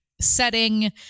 setting